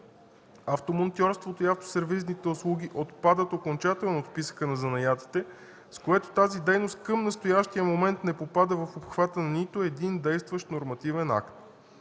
автомонтьорството и автосервизните услуги отпадат окончателно от списъка на занаятите, с което тази дейност към настоящия момент не попада в обхвата на нито един действащ нормативен акт.